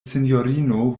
sinjorino